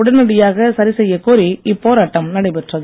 உடனடியாக சரிசெய்யக் கோரி இப்போராட்டம் நடைபெற்றது